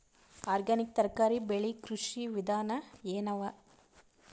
Organic ತರಕಾರಿ ಬೆಳಿ ಕೃಷಿ ವಿಧಾನ ಎನವ?